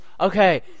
Okay